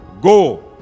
Go